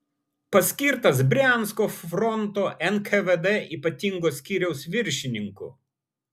paskirtas briansko fronto nkvd ypatingo skyriaus viršininku